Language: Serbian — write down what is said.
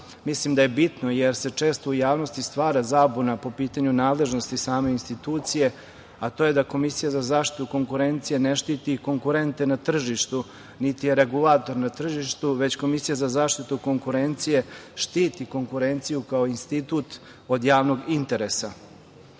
mislim da je bitno jer se često u javnosti stvara zabuna po pitanju nadležnosti same institucije, a to je da Komisija za zaštitu konkurencije ne štiti konkurente na tržištu, niti je regulator na tržištu, već Komisija za zaštitu konkurencije štiti konkurenciju kao institut od javnog interesa. Kada